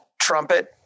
trumpet